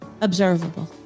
observable